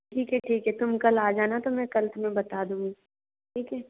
ठीक है ठीक है तुम कल आ जाना तो मैं कल तुम्हें बता दूंगी ठीक है